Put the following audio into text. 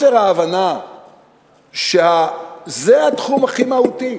חוסר ההבנה שזה התחום הכי מהותי,